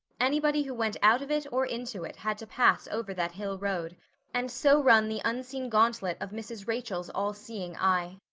anybody who went out of it or into it had to pass over that hill road and so run the unseen gauntlet of mrs. rachel's all-seeing eye.